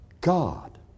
God